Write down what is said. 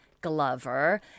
Glover